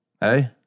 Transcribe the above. Hey